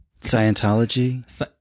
Scientology